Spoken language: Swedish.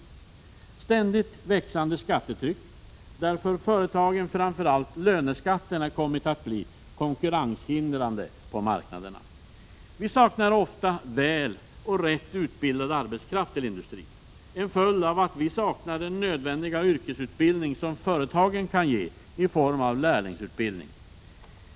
Vi har ständigt växande skattetryck, där för företagen framför allt löneskatterna kommit att bli konkurrenshindrande på marknaderna. Vi saknar ofta väl och rätt utbildad arbetskraft till industrin. Det är en följd av att vi saknar den nödvändiga yrkesutbildning som företagen kan ge i form av lärlingsutbildning.